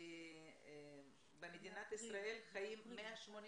במדינת ישראל חיים --- באפריל.